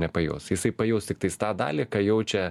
nepajus jisai pajus tiktais tą dalį ką jaučia